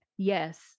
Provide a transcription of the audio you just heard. Yes